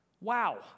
Wow